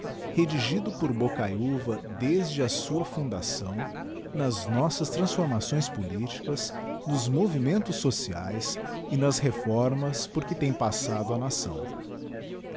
redigido por biocayuva desde a sua fundação nas nossas transformações politicas nos movimentos sociaes e nas reformas por que tem passado a nação